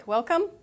Welcome